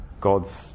God's